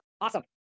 awesome